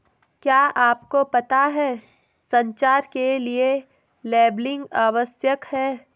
क्या आपको पता है संचार के लिए लेबलिंग आवश्यक है?